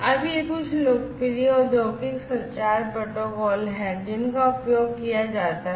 अब ये कुछ लोकप्रिय औद्योगिक संचार प्रोटोकॉल हैं जिनका उपयोग किया जाता है